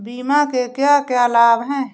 बीमा के क्या क्या लाभ हैं?